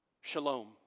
Shalom